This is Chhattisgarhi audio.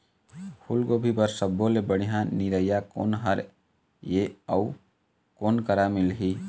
फूलगोभी बर सब्बो ले बढ़िया निरैया कोन हर ये अउ कोन करा मिलही?